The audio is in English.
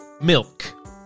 milk